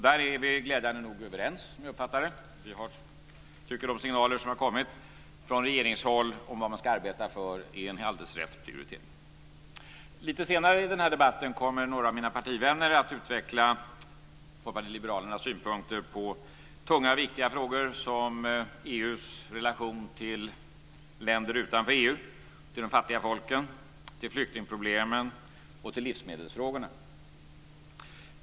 Där är vi glädjande nog överens, som jag uppfattar det. De signaler som har kommit från regeringshåll om vad man ska arbeta för är en helt riktig prioritering. Lite senare i debatten kommer några av mina partivänner att utveckla Folkpartiet liberalernas synpunkter på tunga och viktiga frågor, som EU:s relation till länder utanför EU, till de fattiga folken, till flyktingproblemen och till livsmedelsfrågorna.